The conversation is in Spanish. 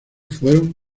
fueron